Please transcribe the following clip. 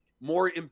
more